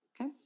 Okay